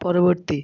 পরবর্তী